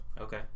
Okay